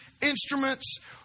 instruments